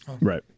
Right